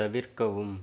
தவிர்க்கவும்